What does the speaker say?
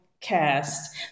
cast